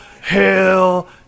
hell